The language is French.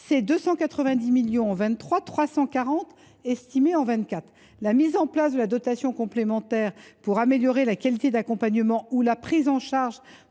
de 340 millions d’euros estimés en 2024 ; la mise en place de la dotation complémentaire pour améliorer la qualité d’accompagnement ou la prise en charge